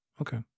Okay